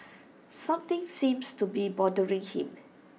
something seems to be bothering him